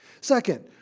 Second